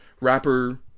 rapper